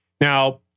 Now